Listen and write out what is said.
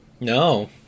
No